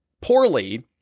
poorly